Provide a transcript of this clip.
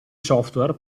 software